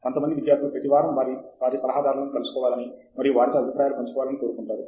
కొంత మంది విద్యార్థులు ప్రతి వారం వారి సలహాదారులను కలవాలని మరియు వారితో అభిప్రాయాలు పంచుకోవాలని కోరుకుంటారు